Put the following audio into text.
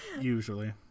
usually